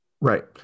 Right